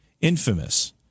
infamous